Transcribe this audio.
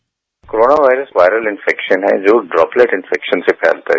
bite corona virus viral infection है जो droplet infection से फैलता है